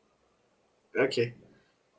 okay